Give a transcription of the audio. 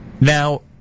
Now